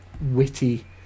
witty